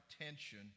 attention